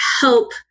help